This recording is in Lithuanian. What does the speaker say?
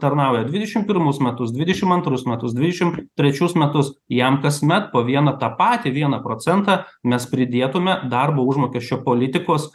tarnauja dvidešim pirmus metus dvidešim antrus metus dvidešim trečius metus jam kasmet po vieną tą patį vieną procentą mes pridėtume darbo užmokesčio politikos